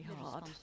hard